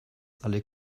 alle